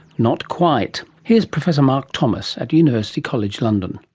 not quite. here is professor mark thomas at university college london.